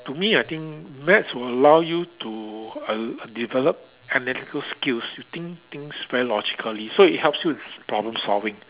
to me I think maths will allow you to err develop analytical skills you think things very logically so it helps you in problem solving